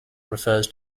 refers